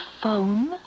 phone